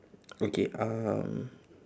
okay um